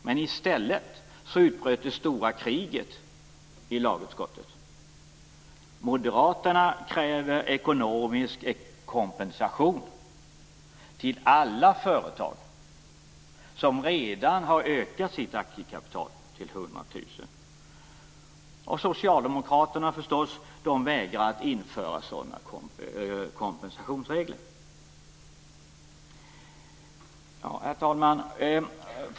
Men i stället utbröt det stora kriget i lagutskottet. Moderaterna kräver ekonomisk kompensation till alla företag som redan har ökat sitt aktiekapital 100 000. Socialdemokraterna vägrar förstås att införa sådana kompensationsregler. Herr talman!